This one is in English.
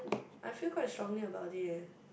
I feel quite strongly about it eh